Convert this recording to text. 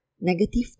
Negative